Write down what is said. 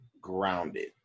grounded